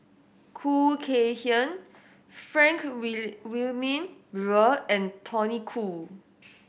Khoo Kay Hian Frank We Wilmin Brewer and Tony Khoo